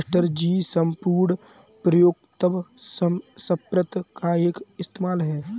Master ji सम्पूर्ण प्रभुत्व संपन्न का क्या इस्तेमाल है?